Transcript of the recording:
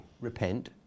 repent